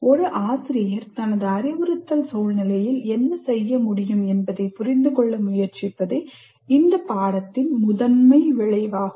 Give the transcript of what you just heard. ஒரு ஆசிரியர் தனது அறிவுறுத்தல் சூழ்நிலையில் என்ன செய்ய முடியும் என்பதை புரிந்து கொள்ள முயற்சிப்பதே இந்த பாடத்தின் முதன்மை விளைவாகும்